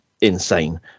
insane